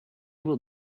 will